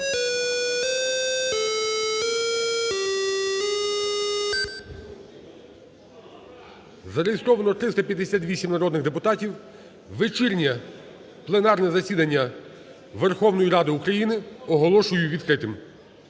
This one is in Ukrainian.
Зареєстровано 358 народних депутатів. Вечірнє пленарне засідання Верховної Ради України оголошую відкритим.